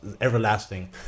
everlasting